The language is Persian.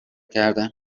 کردم